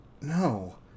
No